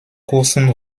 kurzem